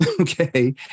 Okay